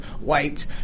wiped